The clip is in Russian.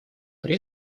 при